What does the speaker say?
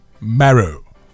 Marrow